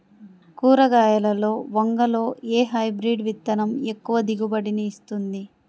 కూరగాయలలో వంగలో ఏ హైబ్రిడ్ విత్తనం ఎక్కువ దిగుబడిని ఇస్తుంది?